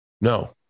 no